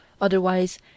otherwise